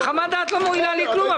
חוות הדעת לא מועילה לי בכלום,